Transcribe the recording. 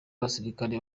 abasirikare